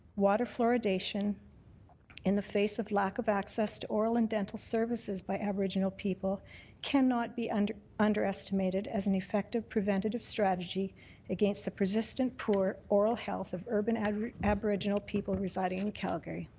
water fluoridation in the face of lack of access to oral and dental services by aboriginal people cannot be ah and underestimated as an effective preventive strategy against the persistent poor oral health of urban aboriginal people residing in calgary.